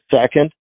second